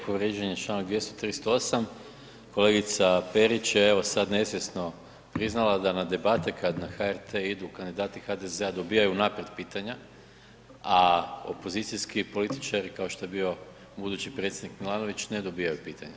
Povrijeđen je Članak 238. kolegica Perić je evo sad nesvjesno priznala da na debate kad na HRT idu kandidati HDZ-a dobivaju unaprijed pitanja, a opozicijski političari kao što je bio budući predsjednik Milanović ne dobivaju pitanja.